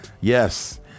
yes